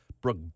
Brooke